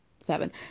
seven